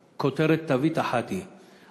כותרת, תווית אחת היא.